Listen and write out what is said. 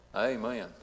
Amen